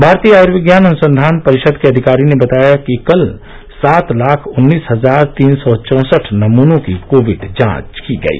भारतीय आयुर्विज्ञान अनुसंधान परिषद के अधिकारी ने बताया कि कल सात लाख उन्नीस हजार तीन सौ चौंसढ नमूनों की कोविड जांच की गई